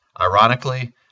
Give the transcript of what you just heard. ironically